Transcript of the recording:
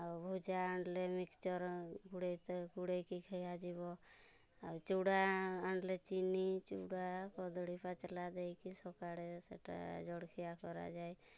ଆଉ ଭୁଜା ଆଣିଲେ ମିକ୍ସଚର୍ ଗୁଡ଼ିତେ ଗୁଡ଼େଇକି ଖିଆଯିବ ଆଉ ଚୁଡ଼ା ଆଣିଲେ ଚିନି ଚୁଡ଼ା କଦଳୀ ପାଚିଲା ଦେଇକି ସକାଳେ ସେଇଟା ଜଳଖିଆ କରାଯାଏ